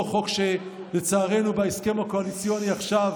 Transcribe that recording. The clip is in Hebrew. אותו חוק שלצערנו בהסכם הקואליציוני עכשיו,